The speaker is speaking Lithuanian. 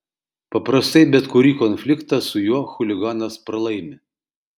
paprastai bet kurį konfliktą su juo chuliganas pralaimi